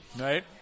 Right